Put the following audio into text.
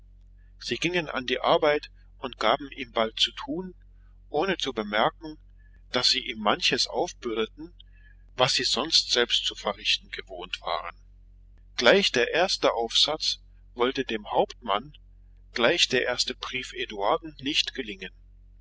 sie gingen an die arbeit und gaben ihm bald zu tun ohne zu bemerken daß sie ihm manches aufbürdeten was sie sonst selbst zu verrichten gewohnt waren gleich der erste aufsatz wollte dem hauptmann gleich der erste brief eduarden nicht gelingen